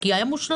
כי היה מושלם.